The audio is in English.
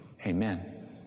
Amen